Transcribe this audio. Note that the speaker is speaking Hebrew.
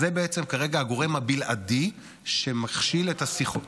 זה בעצם כרגע הגורם הבלעדי שמכשיל את השיחות